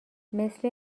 مثل